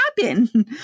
happen